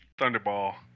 Thunderball